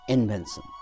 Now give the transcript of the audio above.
Invention